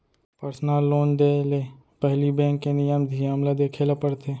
personal loan देय ले पहिली बेंक के नियम धियम ल देखे ल परथे